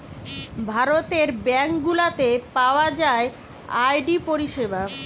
ভারতের ব্যাঙ্ক গুলাতে পাওয়া যায় আর.ডি পরিষেবা